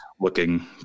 looking